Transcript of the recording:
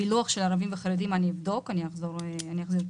פילוח של ערבים וחרדים אבדוק ואחזיר תשובה.